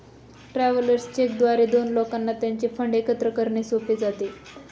travellers cheque द्वारे दोन लोकांना त्यांचे फंड एकत्र करणे सोपे जाते